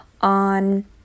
on